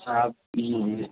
آپ تین ہوئے